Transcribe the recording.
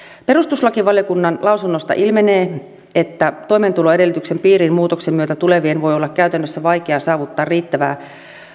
perustuslakivaliokunnan lausunnosta ilmenee että toimeentuloedellytyksen piiriin muutoksen myötä tulevien voi olla käytännössä vaikea saavuttaa riittävää